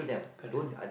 correct